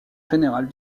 général